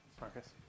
Marcus